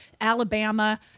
Alabama